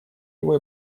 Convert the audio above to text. его